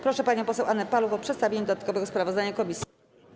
Proszę panią poseł Annę Paluch o przedstawienie dodatkowego sprawozdania komisji.